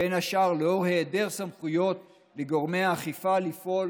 בין השאר בשל היעדר סמכויות לגורמי האכיפה לפעול